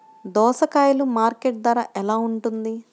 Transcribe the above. దోసకాయలు మార్కెట్ ధర ఎలా ఉంటుంది?